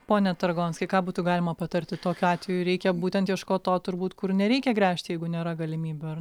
pone targonskai ką būtų galima patarti tokiu atveju reikia būtent ieškot to turbūt kur nereikia gręžt jeigu nėra galimybių ar